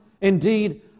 Indeed